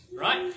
Right